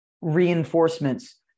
reinforcements